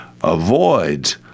Avoid